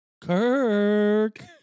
Kirk